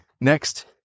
next